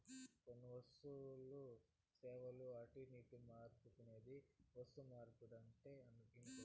కొన్ని వస్తువులు, సేవలు అటునిటు మార్చుకునేదే వస్తుమార్పిడంటే ఇనుకో